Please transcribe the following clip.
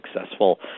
successful